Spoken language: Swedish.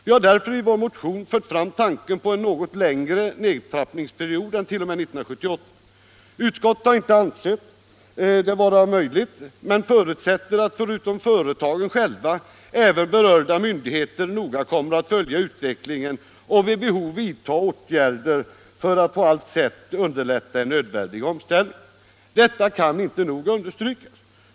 Vi har därför i vår motion fört fram tanken på en något längre nedtrappningsperiod än t.o.m. 1978. Utskottet har inte ansett det vara möjligt men förutsätter att förutom företagen själva även berörda myndigheter noga kommer att följa utvecklingen och vid behov vidta åtgärder för att på allt sätt underlätta en nödvändig omställning. Detta kan inte nog understrykas.